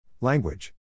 Language